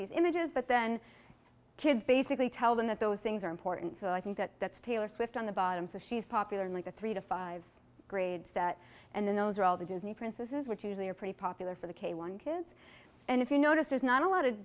these images but then kids basically tell them that those things are important so i think that that's taylor swift on the bottom so she's popular like the three to five grades that and then those are all the disney princesses which usually are pretty popular for the k one kids and if you notice there's not a lot of